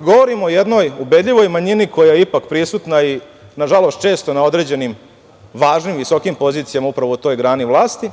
Govorim o jednoj ubedljivoj manjini koja je ipak prisutna i nažalost često na određenim, važnim, visokim pozicijama, upravo u toj grani vlasti,